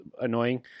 annoying